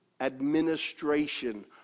administration